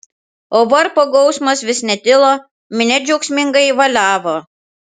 o varpo gausmas vis netilo minia džiaugsmingai valiavo